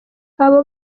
abo